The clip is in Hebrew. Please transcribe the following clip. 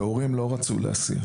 והורים לא רצו להסיע.